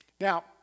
Now